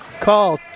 Call